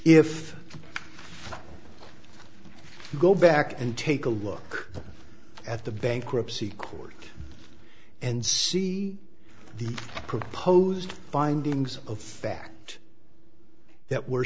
if you go back and take a look at the bankruptcy court and see the proposed findings of fact that were